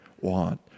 want